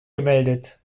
gemeldet